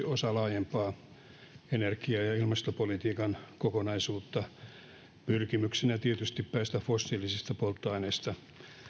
osa laajempaa energia ja ilmastopolitiikan kokonaisuutta pyrkimyksenä päästä fossiilisista polttoaineista